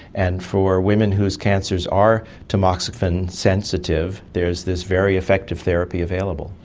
and for women whose cancers are tamoxifen sensitive there is this very effective therapy available.